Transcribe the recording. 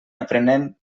aprenent